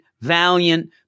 Valiant